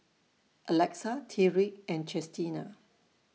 Alexa Tyrik and Chestina